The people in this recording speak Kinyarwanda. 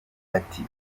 ati